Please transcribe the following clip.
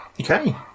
Okay